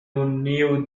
knew